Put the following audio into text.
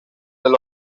del